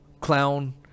clown